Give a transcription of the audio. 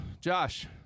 Josh